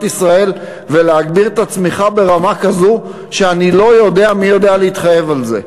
ישראל ולהגביר את הצמיחה ברמה כזו שאני לא יודע מי יודע להתחייב על זה.